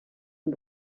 und